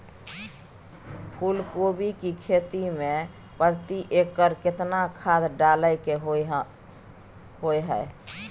फूलकोबी की खेती मे प्रति एकर केतना खाद डालय के होय हय?